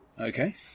Okay